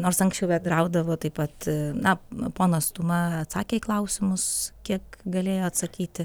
nors anksčiau bendraudavo taip pat na ponas tuma atsakė į klausimus kiek galėjo atsakyti